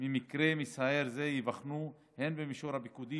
ממקרה מצער זה ייבחנו הן במישור הפיקודי